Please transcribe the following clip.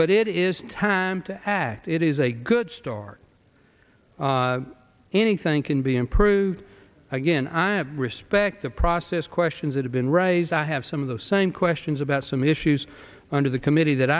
but it is time to act it is a good start anything can be improved again i respect the process questions that have been raised i have some of the same questions about some issues under the committee that